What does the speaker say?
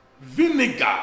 Vinegar